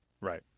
Right